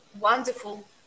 wonderful